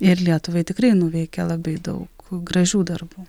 ir lietuvai tikrai nuveikė labai daug gražių darbų